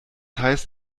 heißt